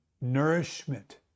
nourishment